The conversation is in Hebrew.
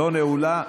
לא נעולה,